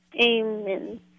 Amen